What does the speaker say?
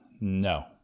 No